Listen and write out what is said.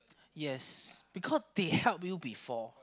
yes because they help you before